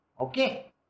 Okay